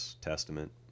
Testament